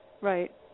Right